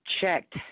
checked